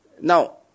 Now